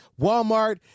Walmart